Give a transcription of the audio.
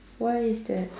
why is that